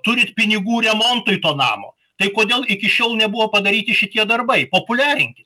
turint pinigų remontui to namo tai kodėl iki šiol nebuvo padaryti šitie darbai populiarinkit